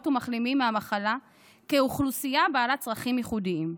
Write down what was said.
ומחלימים מהמחלה כאוכלוסייה בעלת צרכים ייחודיים.